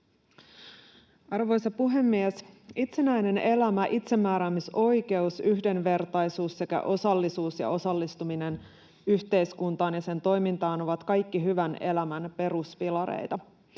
Arvoisa puhemies! Itsenäinen elämä, itsemääräämisoikeus, yhdenvertaisuus sekä osallisuus ja osallistuminen yhteiskuntaan ja sen toimintaan ovat kaikki hyvän elämän peruspilareita.